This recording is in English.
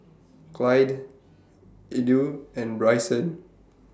Clydie Edw and Bryson